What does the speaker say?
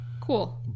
cool